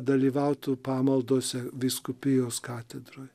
dalyvautų pamaldose vyskupijos katedroj